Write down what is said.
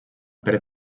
per